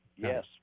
Yes